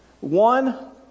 One